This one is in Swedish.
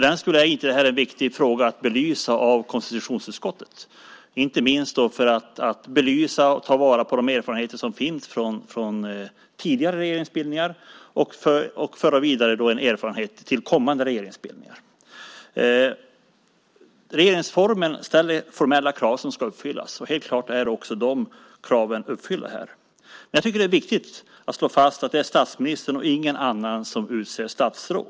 Det är ändå en viktig fråga att belysa av konstitutionsutskottet, inte minst för att belysa och ta vara på de erfarenheter som finns från tidigare regeringsbildningar och att föra erfarenhet vidare till kommande regeringsbildningar. Regeringsformen ställer formella krav som ska uppfyllas. De kraven är helt klart uppfyllda här. Det är viktigt att slå fast att det är statsministern och ingen annan som utser statsråd.